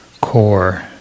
core